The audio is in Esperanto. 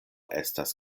estas